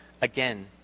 again